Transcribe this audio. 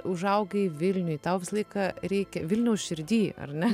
užaugai vilniuj tau visą laiką reikia vilniaus širdy ar ne